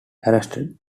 arrested